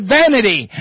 vanity